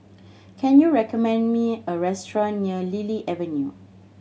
can you recommend me a restaurant near Lily Avenue